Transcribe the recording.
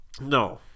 No